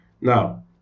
Now